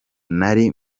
nari